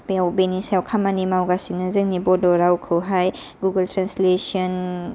बेयाव बेनि सायाव खामानि मावगासिनो जोंनि बड' रावखौहाय गुगल ट्रेन्सलेसन